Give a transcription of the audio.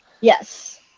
Yes